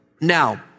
Now